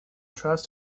trust